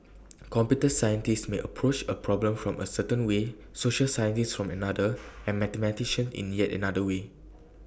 computer scientists may approach A problem from A certain way social scientists from another and mathematicians in yet another way